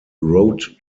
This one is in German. road